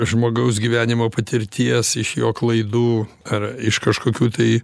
žmogaus gyvenimo patirties iš jo klaidų ar iš kažkokių tai